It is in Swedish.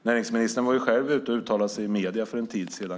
Näringsministern uttalade sig själv kring detta i medierna för en tid sedan.